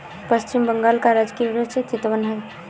पश्चिम बंगाल का राजकीय वृक्ष चितवन है